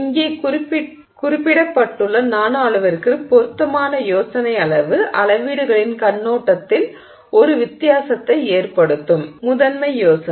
இங்கே குறிப்பிடப்பட்டுள்ள நானோ அளவிற்கு பொருத்தமான யோசனை அளவு அளவீடுகளின் கண்ணோட்டத்தில் ஒரு வித்தியாசத்தை ஏற்படுத்தும் முதன்மை யோசனை